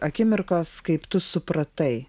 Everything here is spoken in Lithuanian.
akimirkos kaip tu supratai